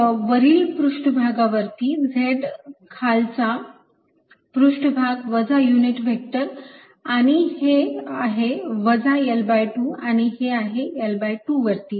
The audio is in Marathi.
आणि वरील पृष्ठभागावरती z खालचा पृष्ठभाग वजा युनिट व्हेक्टर आणि हे आहे वजा L2 आणि हे आहे L2 वरती